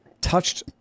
touched